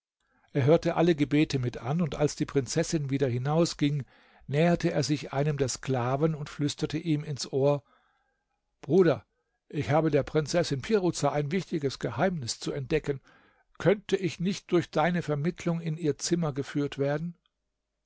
er hörte alle gebete mit an und als die prinzessin wieder hinausging näherte er sich einem der sklaven und flüsterte ihm ins ohr bruder ich habe der prinzessin piruza ein wichtiges geheimnis zu entdecken könnte ich nicht durch deine vermittlung in ihr zimmer geführt werden